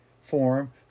form